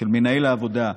של מנהל העבודה,